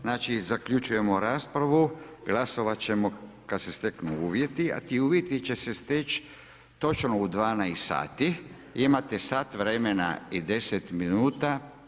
Znači zaključujemo raspravu, glasovat ćemo kad se steknu uvjeti a ti uvjeti će se steći točno u 12 sati, imate sat vremena i 10 minuta.